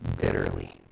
bitterly